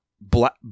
black